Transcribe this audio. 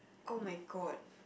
[oh]-my-god